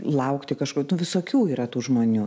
laukti kažko nu visokių yra tų žmonių